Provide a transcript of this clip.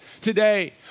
today